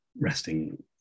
resting